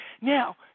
Now